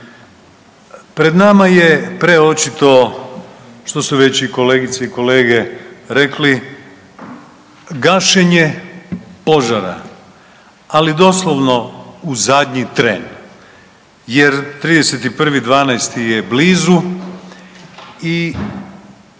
Pred nama je preočito što su već i kolegice i kolege rekli, gašenje požara, ali doslovno u zadnji tren jer 31.12. je blizu i